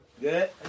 Good